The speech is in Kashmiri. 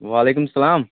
وعلیکُم اسلام